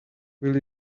will